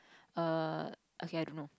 err okay I don't know